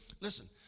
listen